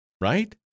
Right